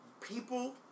People